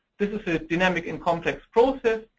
this is a dynamic and complex process.